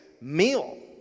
meal